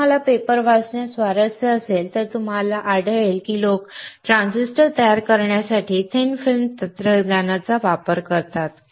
जर तुम्हाला पेपर वाचण्यात स्वारस्य असेल तर तुम्हाला आढळेल की लोक ट्रान्झिस्टर तयार करण्यासाठी थिन फिल्म तंत्रज्ञानाचा वापर करतात